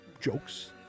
jokes